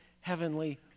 heavenly